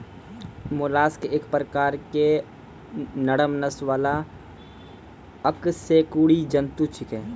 mollusc एक प्रकार के नरम नस वाला अकशेरुकी जंतु छेकै